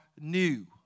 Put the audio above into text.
new